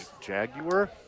Jaguar